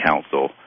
Council